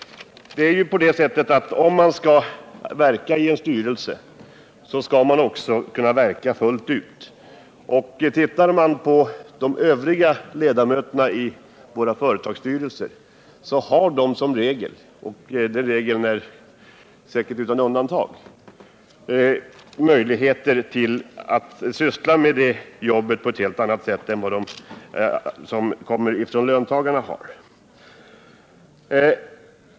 Om man skall verka i en styrelse skall man också kunna verka fullt ut. Tittar vi på övriga ledamöter i våra företagsstyrelser finner vi att de som regel — en regel som säkert nästan är utan undantag — har möjligheter att syssla med sitt uppdrag på ett helt annat sätt än de som kommer från löntagarna har.